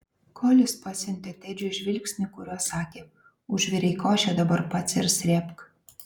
kolis pasiuntė tedžiui žvilgsnį kuriuo sakė užvirei košę dabar pats ir srėbk